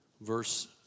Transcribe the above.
verse